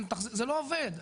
זה לא עובד.